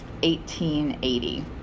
1880